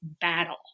battle